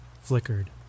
flickered